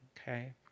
okay